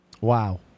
Wow